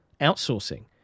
outsourcing